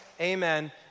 amen